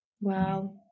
Wow